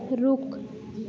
रुख